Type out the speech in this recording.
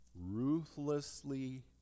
ruthlessly